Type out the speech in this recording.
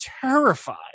terrified